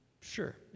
Sure